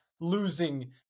losing